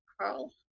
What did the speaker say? Carl